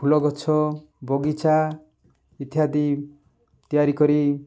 ଫୁଲ ଗଛ ବଗିଚା ଇତ୍ୟାଦି ତିଆରି କରି